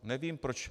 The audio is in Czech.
Nevím proč.